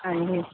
ਹਾਂਜੀ